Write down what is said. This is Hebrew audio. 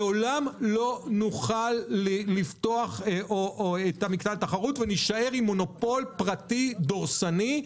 לעולם לא נוכל לפתוח את המקטע לתחרות ונישאר עם מונופול פרטי דורסני.